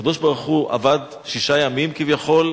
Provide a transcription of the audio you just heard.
הקדוש-ברוך-הוא עבד שישה ימים כביכול,